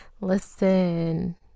Listen